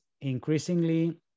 increasingly